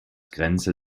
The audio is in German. grenze